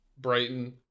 Brighton